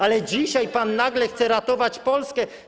Ale dzisiaj pan nagle chce ratować Polskę?